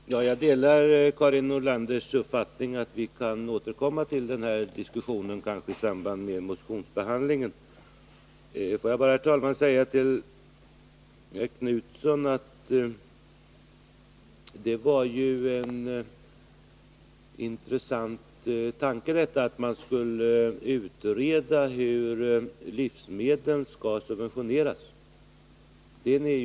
Herr talman! Jag delar Karin Nordlanders uppfattning att vi kan återkomma till den här diskussionen kanske i samband med motionsbehandlingen. Får jag bara, herr talman, till herr Knutson säga att detta, man skulle utreda hur livsmedel skall subventioneras, var en mycket intressant tanke.